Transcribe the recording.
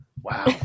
Wow